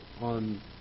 on